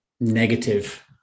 negative